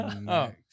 Next